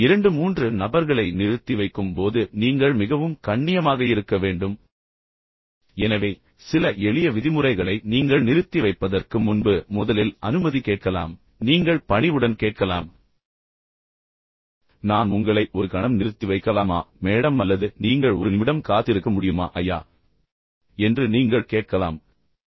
எனவே இரண்டு மூன்று நபர்களை நிறுத்தி வைக்கும் போது நீங்கள் மிகவும் கண்ணியமாக இருக்க வேண்டும் மேலும் நீங்கள் சில ஒழுக்கத்தைப் பின்பற்ற வேண்டும்bodhu எனவே சில எளிய விதிமுறைகளை நீங்கள் நிறுத்தி வைப்பதற்கு முன்பு முதலில் அனுமதி கேட்கலாம் நீங்கள் பணிவுடன் கேட்கலாம் நான் உங்களை ஒரு கணம் நிறுத்தி வைக்கலாமா மேடம் அல்லது நீங்கள் ஒரு நிமிடம் காத்திருக்க முடியுமா என்று நீங்கள் கேட்கலாம் ஐயா